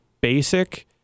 basic